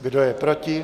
Kdo je proti?